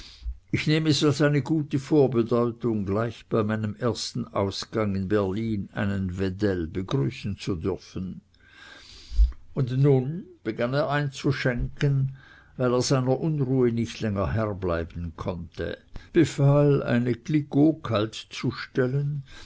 ich nehm es als eine gute vorbedeutung gleich bei meinem ersten ausgang in berlin einen wedell begrüßen zu dürfen und nun begann er einzuschenken weil er seiner unruhe nicht länger herr bleiben konnte befahl eine cliquot kalt zu stellen